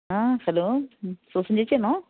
ആ hello Susan ചേച്ചിയാണോ